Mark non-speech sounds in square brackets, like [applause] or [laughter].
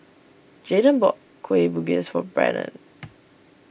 Jaeden bought Kueh Bugis for Brennon [noise]